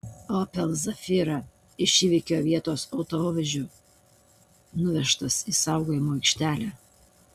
opel zafira iš įvykio vietos autovežiu nuvežtas į saugojimo aikštelę